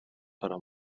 però